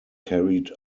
carried